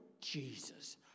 Jesus